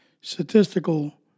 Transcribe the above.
statistical